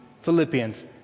Philippians